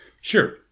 sure